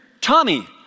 Tommy